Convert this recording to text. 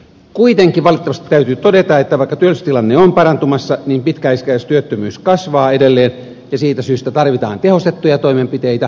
kuitenkin valitettavasti täytyy todeta että vaikka työllisyystilanne on parantumassa niin pitkäaikaistyöttömyys kasvaa edelleen ja siitä syystä tarvitaan tehostettuja toimenpiteitä